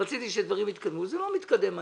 רציתי שדברים יתקדמו והם לא מתקדמים מהר.